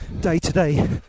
day-to-day